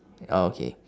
okay